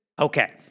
Okay